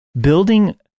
building